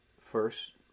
first